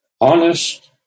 honest